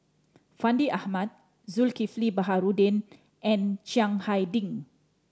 Fandi Ahmad Zulkifli Baharudin and Chiang Hai Ding